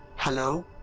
hello?